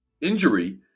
injury